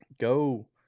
go